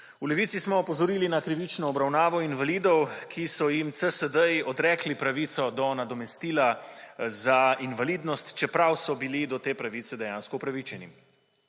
V Levici smo opozorili na krivično obravnavo invalidov, ki so jim CSD-ji odrekli pravico do nadomestila za invalidnost, čeprav so bili do te pravice dejansko upravičeni.